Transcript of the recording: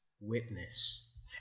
witness